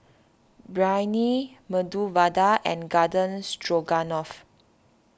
Biryani Medu Vada and Garden Stroganoff